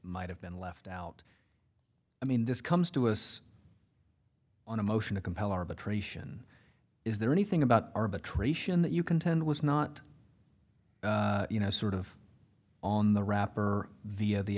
might have been left out i mean this comes to us on a motion to compel arbitration is there anything about arbitration that you contend was not you know sort of on the wrapper via the